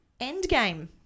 Endgame